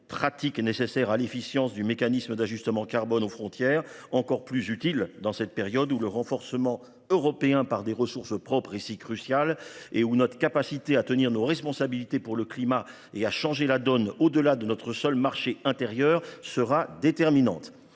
pratiques nécessaires à l’efficience du mécanisme d’ajustement carbone aux frontières, encore plus utiles dans cette période où le renforcement européen par des ressources propres est si crucial, alors que notre capacité à tenir nos responsabilités pour le climat et à changer la donne au delà de notre seul marché intérieur sera déterminante.